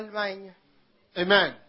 Amen